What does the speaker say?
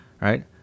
right